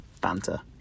banter